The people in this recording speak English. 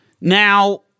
Now